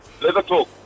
Liverpool